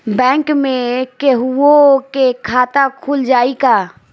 Bank में केहूओ के खाता खुल जाई का?